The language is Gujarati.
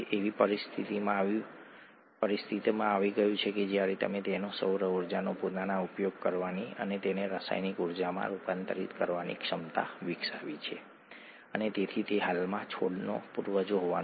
તેથી એડીપી ઊર્જા ચલણનો સંગ્રહ કરવા માટે એટીપીમાં રૂપાંતરિત થાય છે અને જે એટીપી 3 ફોસ્ફેટ અણુઓ છે